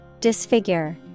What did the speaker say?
Disfigure